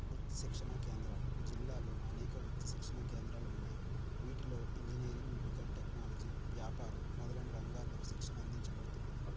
వృత్తి శిక్షణ కేంద్రాలు జిల్లాలో అనేక వృత్తి శిక్షణ కేంద్రాలు ఉన్నాయి వీటిలో ఇంజనీరింగ్ మెడికల్ టెక్నాలజీ వ్యాపారం మొదలైన రంగాల్లో శిక్షణ అందించబడుతుంది